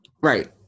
right